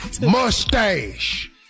mustache